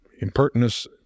impertinence